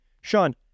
Sean